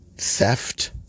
Theft